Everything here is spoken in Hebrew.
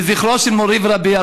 לזכרו של מורי ורבי,